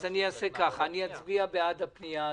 אז אצביע בעד הפנייה הזאת,